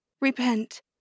repent